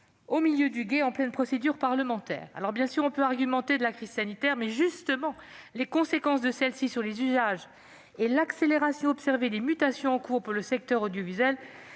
au milieu du gué, en pleine procédure parlementaire. Bien sûr, on peut arguer de la crise sanitaire ; mais, précisément, les conséquences de celle-ci sur les usages et l'accélération observée des mutations en cours dans le secteur audiovisuel